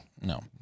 No